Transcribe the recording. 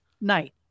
night